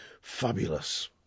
fabulous